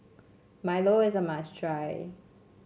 milo is a must try